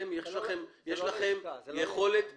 יש לכם יכולת ביטול,